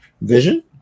Vision